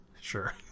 Sure